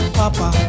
papa